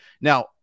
Now